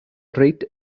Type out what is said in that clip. reit